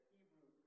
Hebrew